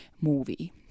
movie